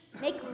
make